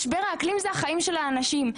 משבר האקלים זה החיים של האנשים,